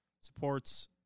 supports